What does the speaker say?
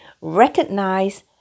recognize